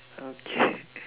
okay